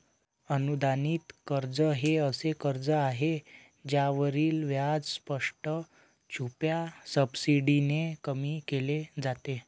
अनुदानित कर्ज हे असे कर्ज आहे ज्यावरील व्याज स्पष्ट, छुप्या सबसिडीने कमी केले जाते